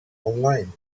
online